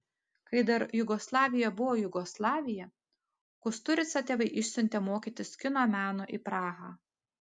kai dar jugoslavija buvo jugoslavija kusturicą tėvai išsiuntė mokytis kino meno į prahą